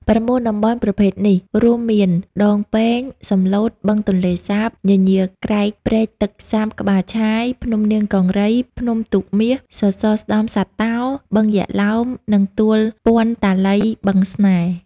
៩ តំបន់ប្រភេទនេះ រួមមាន ដងពែង សំឡូត បឹងទន្លេសាប ពញាក្រែក ព្រែកទឹកសាបក្បាលឆាយ ភ្នំនាងកង្រី ភ្នំទូកមាស សសរស្តម្ភសត្វតោ បឹងយក្ខឡោម និងទួលព័ន្ធតាឡី-បឹងស្នេហ៍។